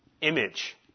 image